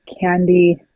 candy